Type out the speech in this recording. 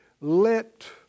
let